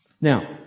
Now